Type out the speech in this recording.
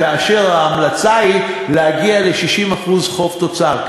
כאשר ההמלצה היא להגיע ל-60% חוב תוצר.